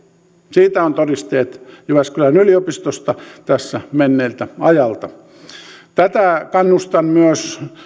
siitä on todisteet jyväskylän yliopistosta tässä menneeltä ajalta tätä kannustan myös